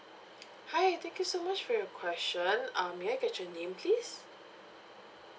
hi thank you so much for your question um may I get your name please